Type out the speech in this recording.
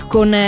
Con